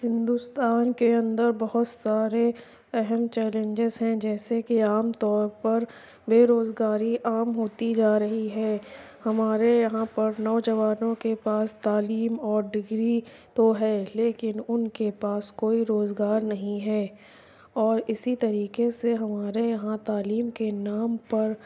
ہندوستان کے اندر بہت سارے اہم چیلنجیز ہیں جیسے کہ عام طور پر بے روزگاری عام ہوتی جا رہی ہے ہمارے یہاں پر نوجوانوں کے پاس تعلیم اور ڈگری تو ہے لیکن ان کے پاس کوئی روزگار نہیں ہے اور اسی طریقے سے ہمارے یہاں تعلیم کے نام پر